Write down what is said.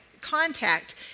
contact